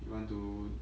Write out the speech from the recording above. you want to